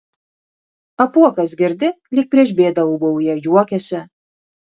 apuokas girdi lyg prieš bėdą ūbauja juokiasi